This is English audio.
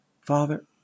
father